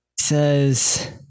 says